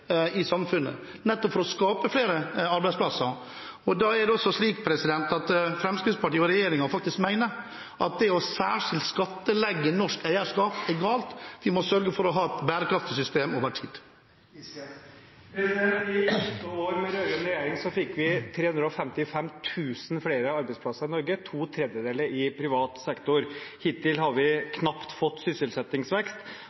i samfunnet, nettopp for å skape flere arbeidsplasser. Det er også slik at Fremskrittspartiet og regjeringen faktisk mener at det å særskilt skattlegge norsk eierskap er galt. Vi må sørge for å ha et bærekraftig system over tid. I åtte år med rød-grønn regjering fikk vi 355 000 flere arbeidsplasser i Norge – to tredeler i privat sektor. Hittil har